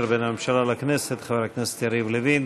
בין הממשלה לכנסת חבר הכנסת יריב לוין,